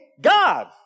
God